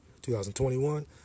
2021